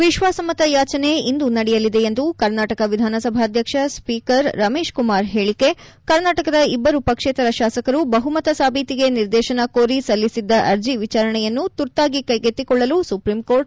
ವಿಶ್ವಾಸಮತಯಾಚನೆ ಇಂದು ನಡೆಯಲಿದೆ ಎಂದು ಕರ್ನಾಟಕ ವಿಧಾನಸಭಾಧ್ಯಕ್ಷ ಸ್ವೀಕರ್ ರಮೇಶ್ ಕುಮಾರ್ ಹೇಳಿಕೆ ಕರ್ನಾಟಕದ ಇಬ್ಲರು ಪಕ್ಷೇತರ ಶಾಸಕರು ಬಹುಮತ ಸಾಬೀತಿಗೆ ನಿರ್ದೇಶನ ಕೋರಿ ಸಲ್ಲಿಸಿದ್ದ ಅರ್ಜಿ ವಿಚಾರಣೆಯನ್ನು ತುರ್ತಾಗಿ ಕ್ಲೆಗೆತ್ತಿಕೊಳ್ಳಲು ಸುಪ್ರೀಂಕೋರ್ಟ್ ನಕಾರ